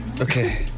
Okay